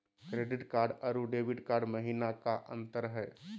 Credit card अरू debit card महिना का अंतर हई?